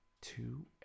two